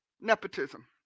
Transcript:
nepotism